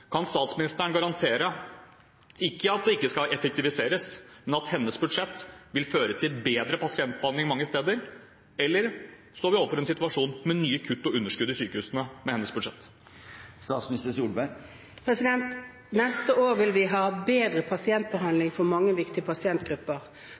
Kan statsministeren garantere, ikke at det ikke skal effektiviseres, men at hennes budsjett vil føre til bedre pasientbehandling mange steder? Eller står vi overfor en situasjon med nye kutt og underskudd i sykehusene med hennes budsjett? Neste år vil vi ha bedre